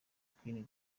queen